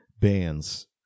bands